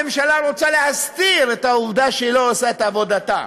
הממשלה רוצה להסתיר את העובדה שהיא לא עושה את עבודתה.